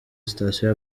sitasiyo